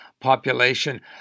population